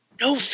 no